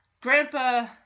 grandpa